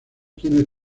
quienes